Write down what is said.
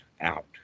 out